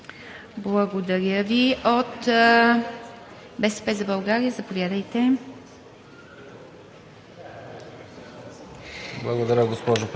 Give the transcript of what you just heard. Благодаря Ви. От „БСП за България“, заповядайте.